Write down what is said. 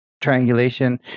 triangulation